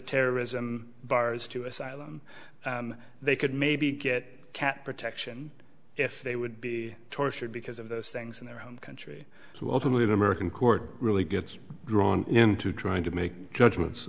terrorism bars to asylum they could maybe get cat protection if they would be tortured because of those things in their own country so ultimately the american court really gets drawn into trying to make judgments